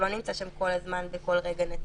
הוא לא נמצא שם כל הזמן בכל רגע נתון.